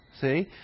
See